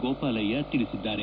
ಗೋಪಾಲಯ್ಯ ತಿಳಿಸಿದ್ದಾರೆ